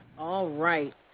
all right.